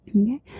Okay